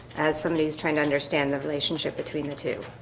as somebody is trying to understand the relationship between the two